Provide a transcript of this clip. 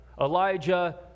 Elijah